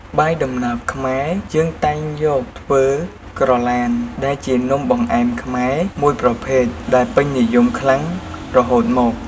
បាយដំណើបខ្មែរយើងតែងយកធ្វើក្រឡានដែលជានំបង្អែមខ្មែរមួយប្រភេទដែលពេញនិយមខ្លាំងរហូតមក។